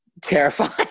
terrifying